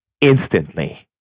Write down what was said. instantly